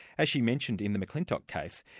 as she mentioned, in the mcclintock case,